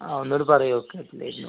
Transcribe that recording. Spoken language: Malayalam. ഒന്നും കൂടെ പറയുമോ കേൾക്കുന്നേയില്ല